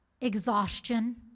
Exhaustion